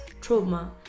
trauma